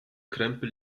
krempel